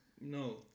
No